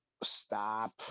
Stop